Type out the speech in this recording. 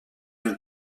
une